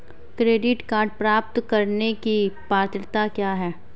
Credit card प्राप्त करने की पात्रता क्या है?